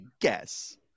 guess